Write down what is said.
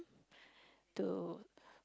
to